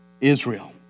Israel